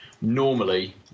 Normally